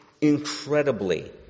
incredibly